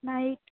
না এই